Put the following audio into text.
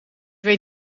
weet